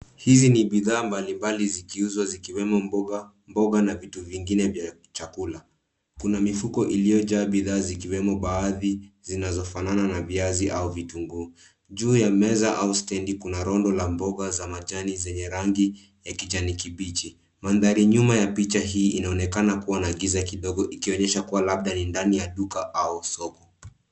Hizi ni bidhaa mbalimbali zikiuzwa zikiwemo mboga na vitu vingine vya chakula . Kuna mifuko iliyojaa bidhaa zikiwemo baadhi zinazofanana na viazi au vitunguu. Juu ya meza au stedi kuna rundo la mboga za majani zenye rangi ya kijani kibichi. Mandhari nyuma ya picha hii inaonekana kuwa na giza kidogo ikionyesha kuwa labda ni ndani ya duka au soko.